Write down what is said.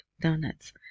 Donuts